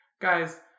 guys